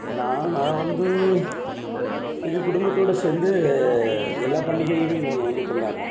நாங்கள் வந்து எங்கள் குடும்பத்தோட சேர்ந்து எல்லா பண்டிகையுமே நாங்கள் வந்து கொண்டாடுறோம்